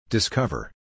Discover